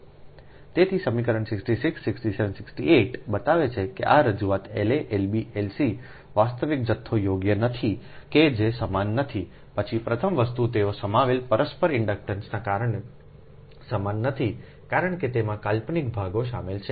તેથી સમીકરણ 66 67 68 બતાવે છે કે આ રજૂઆત L a L b L c વાસ્તવિક જથ્થો યોગ્ય નથી કે જે સમાન નથી પછી પ્રથમ વસ્તુ તેઓ સમાવેલા પરસ્પર ઇન્ડક્ટન્સને કારણે સમાન નથી કારણ કે તેમાં કાલ્પનિક ભાગો શામેલ છે